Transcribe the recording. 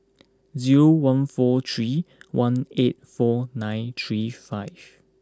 zero one four three one eight four nine three five